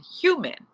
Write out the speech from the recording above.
human